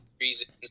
reasons